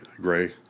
gray